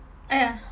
!aiya!